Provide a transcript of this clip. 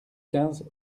quinze